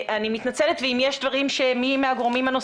ויש אפשרות באמת לא לחכות חודשים לפתח מערכי שיעור מיוחדים אלא